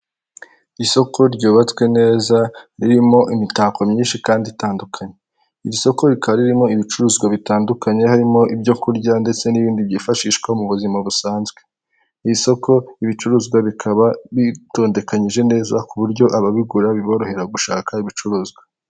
Isoko ryubatswe neza ririmo imitako myinshi kandi itandukanye, iri soko rikaba ririmo ibicuruzwa bitandukanye harimo: ibyo kurya, ndetse n'ibindi byifashishwa mu buzima busanzwe, iri soko ibicuruzwa bikaba bitondekanyije neza, ku buryo ababigura biborohera gushaka ibicuruzwa.